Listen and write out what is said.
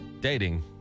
dating